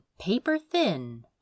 paper-thin